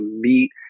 meet